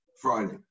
Friday